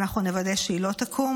ואנחנו נוודא שהיא לא תקום.